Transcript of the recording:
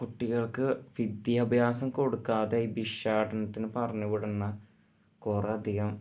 കുട്ടികൾക്ക് വിദ്യാഭ്യാസം കൊടുക്കാതെ ഭിക്ഷാടനത്തിന് പറഞ്ഞുവിടുന്ന കുറെയധികം